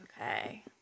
Okay